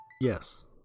Yes